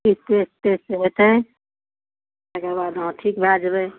एकर बाद अहाॅं ठीक भय जेबै